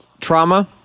Trauma